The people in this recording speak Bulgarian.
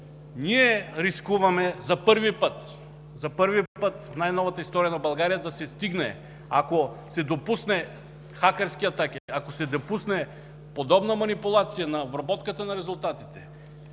първи път, за първи път в най-новата история на България да се стигне, ако се допуснат хакерски атаки, ако се допусне подобна манипулация на обработката на резултатите,